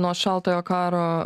nuo šaltojo karo